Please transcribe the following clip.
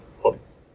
points